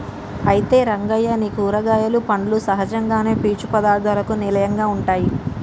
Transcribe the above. అయితే రంగయ్య నీ కూరగాయలు పండ్లు సహజంగానే పీచు పదార్థాలకు నిలయంగా ఉంటాయి